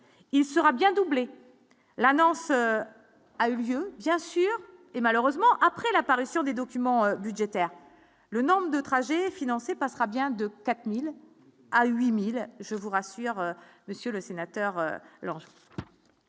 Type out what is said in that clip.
il sera bien doublé l'annonce a eu lieu, bien sûr, et malheureusement après l'apparition des documents budgétaires, le nombre de trajets passera bien de 4000 à 8000 je vous rassure, Monsieur le Sénateur, alors